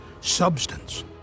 substance